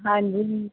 ਹਾਂਜੀ